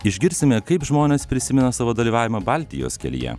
išgirsime kaip žmonės prisimena savo dalyvavimą baltijos kelyje